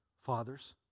fathers